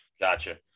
Gotcha